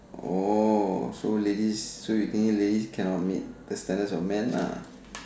oh so ladies so you thinking ladies cannot meet the standards of men lah